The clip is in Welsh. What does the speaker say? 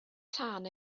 tân